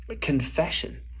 confession